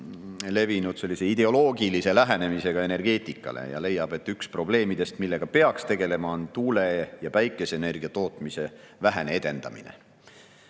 levinud ideoloogilise lähenemisega energeetikale ja leiab, et üks probleemidest, millega peaks tegelema, on tuule‑ ja päikeseenergia tootmise vähene edendamine.